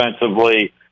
defensively